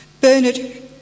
Bernard